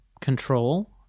control